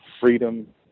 freedom